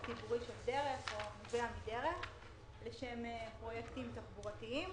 לשם פרויקטים תחבורתיים.